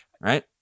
right